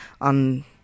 on